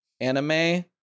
anime